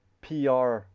PR